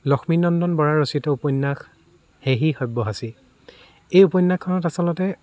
লক্ষ্মীনন্দন বৰাৰ ৰচিত উপন্যাস সেহি সব্যসাচী এই উপন্যাসখনত আচলতে